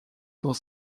dans